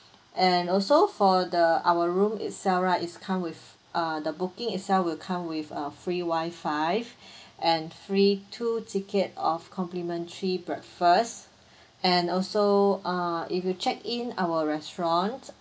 and also for the our room itself right is come with err the booking itself will come with uh free WI-FI and free two ticket of complimentary breakfast and also err if you check in our restaurants